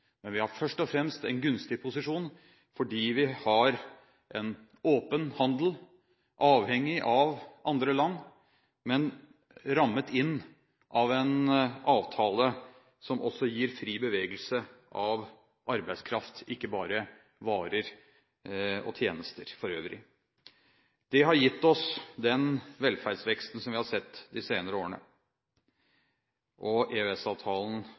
men vi har først og fremst en gunstig posisjon fordi vi har en åpen handel – avhengig av andre land, men rammet inn av en avtale som også gir fri bevegelse av arbeidskraft, ikke bare varer og tjenester for øvrig. Det har gitt oss den velferdsveksten som vi har sett de senere årene.